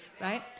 right